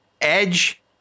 edge